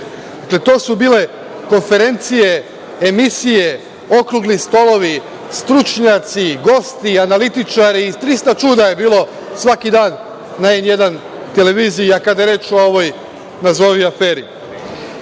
mediji. Dakle, to su bile konferencije, emisije, okrugli stolovi, stručnjaci, gosti, analitičari i 300 čuda je bilo svaki dan na N1 televiziji, a kada je reč o ovoj nazovi aferi,